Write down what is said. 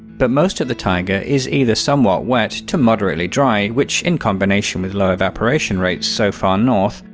but most of the taiga is either somewhat wet to moderately dry, which, in combination with low evaporation rates so far north,